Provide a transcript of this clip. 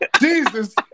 Jesus